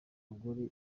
bagore